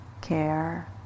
care